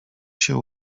się